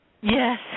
Yes